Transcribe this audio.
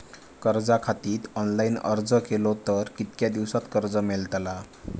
कर्जा खातीत ऑनलाईन अर्ज केलो तर कितक्या दिवसात कर्ज मेलतला?